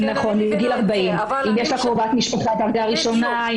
בגיל 40. אם יש לה קרובת משפחה דרגה ראשונה,